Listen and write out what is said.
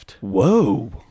Whoa